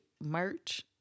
merch